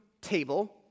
table